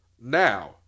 now